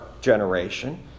generation